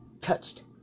touched